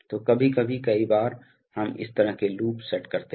तो कभी कभी कई बार हम इस तरह के लूप सेट करते हैं